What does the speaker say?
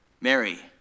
Mary